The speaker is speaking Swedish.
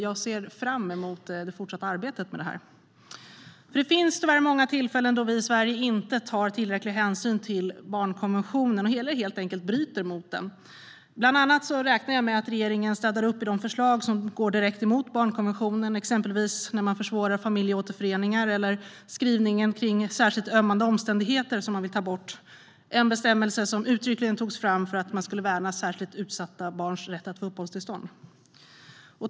Jag ser fram emot det fortsatta arbetet med detta. Det finns tyvärr många tillfällen då vi i Sverige inte tar tillräcklig hänsyn till barnkonventionen eller helt enkelt bryter mot den. Jag räknar med att regeringen bland annat städar upp i de förslag som går direkt emot barnkonventionen, exempelvis när man försvårar för familjeåterföreningar eller när det gäller skrivningen om särskilt ömmande omständigheter som man vill ta bort. Det är en bestämmelse som togs fram för att uttryckligen värna särskilt utsatta barns rätt att få uppehållstillstånd.